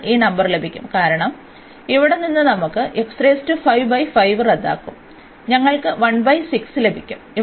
നമുക്ക് ഈ നമ്പർ ലഭിക്കും കാരണം ഇവിടെ നിന്ന് നമുക്ക് റദ്ദാകും ഞങ്ങൾക്ക് ലഭിക്കും